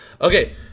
Okay